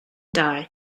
die